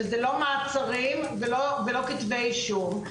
זה לא מעצרים ולא כתיב אישום.